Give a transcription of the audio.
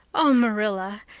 oh, marilla,